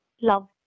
love